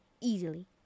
easily